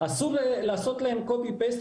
אסור לעשות להם העתק-הדבק,